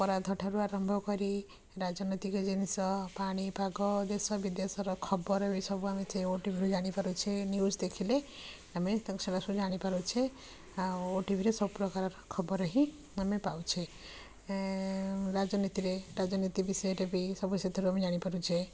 ଅପରାଧ ଠାରୁ ଆରମ୍ଭ କରି ରାଜନୈତିକ ଜିନିଷ ପାଣିପାଗ ଦେଶ ବିଦେଶର ଖବର ବି ସବୁ ଆମେ ଚେ ଓଟିଭିରୁ ଜାଣିପାରୁଛେ ନ୍ୟୁଜ୍ ଦେଖିଲେ ଆମେ ତାଙ୍କୁ ସେଇଟା ସବୁ ଜାଣିପାରୁଛେ ଆଉ ଓଟିଭିରେ ସବୁପ୍ରକାର ଖବର ହିଁ ଆମେ ପାଉଛେ ରାଜନୀତିରେ ରାଜନୀତି ବିଷୟରେ ବି ସବୁ ସେଥିରୁ ଆମେ ଜାଣିପାରୁଛେ